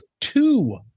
two